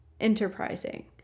enterprising